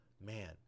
man